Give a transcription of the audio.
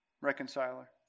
Reconciler